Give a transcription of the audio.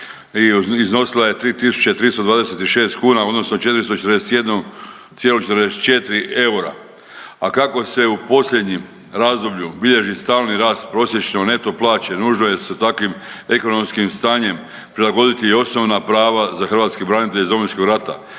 i iznosila je 3.326 kuna odnosno 441,44 eura. A kako se u posljednjem razdoblju bilježi stalni rast prosječno neto plaće nužno je sa takvim ekonomskim stanjem prilagoditi i osnovna prava za hrvatske branitelje iz Domovinskog rata